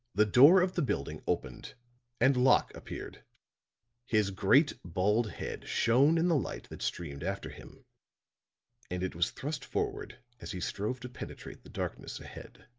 the door of the building opened and locke appeared his great bald head shone in the light that streamed after him and it was thrust forward as he strove to penetrate the darkness ahead.